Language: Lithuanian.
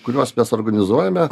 kuriuos mes organizuojame